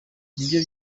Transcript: nibyo